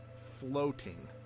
floating